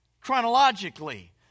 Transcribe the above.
chronologically